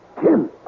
Tim